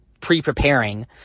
pre-preparing